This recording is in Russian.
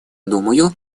думаю